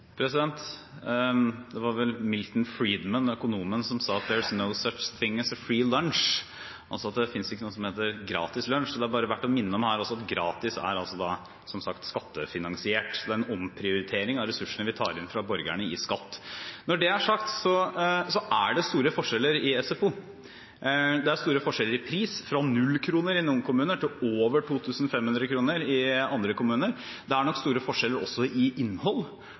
Det var vel økonomen Milton Friedman som sa: «There’s no such thing as a free lunch», altså at det ikke finnes noe som heter gratis lunsj. Det er her verdt å minne om at «gratis» – som sagt – er skattefinansiert. Det er en omprioritering av ressursene vi tar inn fra borgerne gjennom skatt. Når det er sagt, så er det store forskjeller i SFO. Det er store forskjeller i pris – fra null kroner i noen kommuner til over 2 500 kr i andre kommuner. Det er nok også store forskjeller i innhold.